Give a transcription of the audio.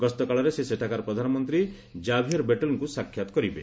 ଗସ୍ତ କାଳରେ ସେ ସେଠାକାର ପ୍ରଧାନମନ୍ତ୍ରୀ ଜାଭିୟର ବେଟେଲଙ୍କୁ ସାକ୍ଷାତ କରିବେ